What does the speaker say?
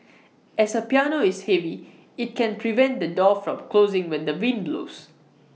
as A piano is heavy IT can prevent the door from closing when the wind blows